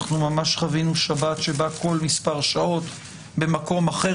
אנחנו ממש חווינו שבת בה כל מספר שעות במקום אחר